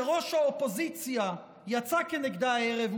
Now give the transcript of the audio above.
שראש האופוזיציה יצא כנגדה הערב,